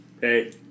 hey